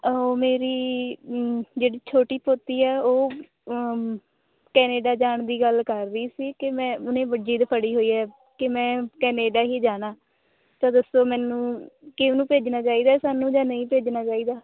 ਮੇਰੀ ਜਿਹੜੀ ਛੋਟੀ ਪੋਤੀ ਹੈ ਉਹ ਕੈਨੇੇਡਾ ਜਾਣ ਦੀ ਗੱਲ ਕਰ ਰਹੀ ਸੀ ਕਿ ਮੈਂ ਉਹਨੇ ਬ ਜ਼ਿੱਦ ਫੜੀ ਹੋਈ ਹੈ ਕਿ ਮੈਂ ਕੈਨੇਡਾ ਹੀ ਜਾਣਾ ਤਾਂ ਦੱਸੋ ਮੈਨੂੰ ਕੀ ਉਹਨੂੰ ਭੇਜਣਾ ਚਾਹੀਦਾ ਸਾਨੂੰ ਜਾਂ ਨਹੀਂ ਭੇਜਣਾ ਚਾਹੀਦਾ